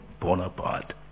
Bonaparte